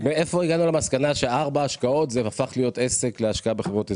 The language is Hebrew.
מאיפה הגענו למסקנה שארבע השקעות זה הפך להיות עסק להשקעה בחברות הזנק?